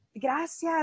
gracias